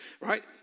right